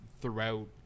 throughout